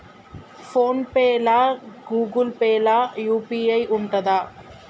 Phone pay లా Google Pay లా UPI ఉంటదా?